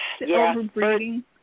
Overbreeding